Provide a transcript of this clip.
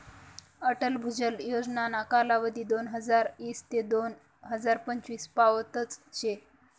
अटल भुजल योजनाना कालावधी दोनहजार ईस ते दोन हजार पंचवीस पावतच शे